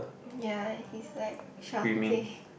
ya he's like shopping